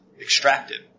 extracted